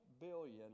billion